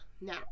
Now